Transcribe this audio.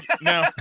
No